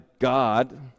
God